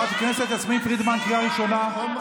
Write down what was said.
אתם הייתם בשלטון 30 שנה.